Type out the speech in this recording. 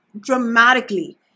dramatically